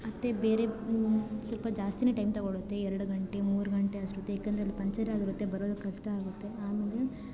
ಮತ್ತು ಬೇರೆ ಸ್ವಲ್ಪ ಜಾಸ್ತಿಯೇ ಟೈಮ್ ತೊಗೊಳ್ಳುತ್ತೆ ಎರಡು ಗಂಟೆ ಮೂರು ಗಂಟೆ ಅಷ್ಟೊತ್ತು ಏಕೆಂದರೆ ಪಂಚರ್ ಆಗಿರುತ್ತೆ ಬರೋದಕ್ಕೆ ಕಷ್ಟ ಆಗುತ್ತೆ ಆಮೇಲೆ